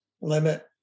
limit